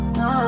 no